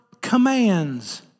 commands